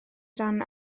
ran